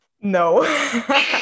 No